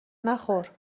نخور